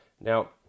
Now